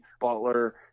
Butler